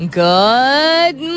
good